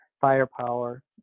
firepower